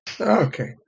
Okay